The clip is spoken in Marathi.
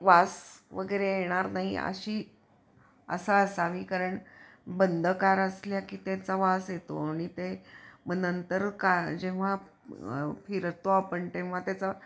वास वगैरे येणार नाही अशी असा असावी कारण बंद कार असल्या की त्याचा वास येतो आणि ते मग नंतर का जेव्हा फिरतो आपण तेव्हा त्याचा